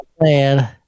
Man